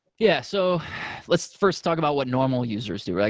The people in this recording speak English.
yeah. so let's first talk about what normal users do.